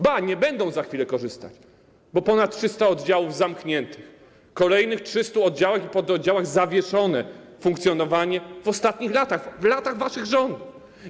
Ba, nie będą za chwilę korzystać, bo ponad 300 oddziałów zamknięto, w kolejnych 300 oddziałach i pododdziałach zawieszono funkcjonowanie w ostatnich latach, w latach waszych rządów.